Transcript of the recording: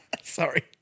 Sorry